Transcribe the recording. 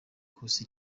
kusa